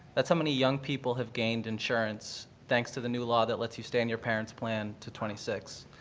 that's how many young people have gained insurance, thanks to the new law that lets you stay on your parents' plan to twenty six.